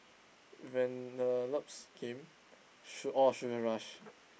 Vanellope's game su~ oh Sugar-Rush